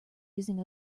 using